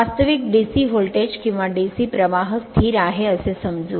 वास्तविक DC voltage किंवा DC प्रवाह स्थिर आहे असे समजू